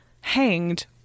hanged